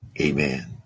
Amen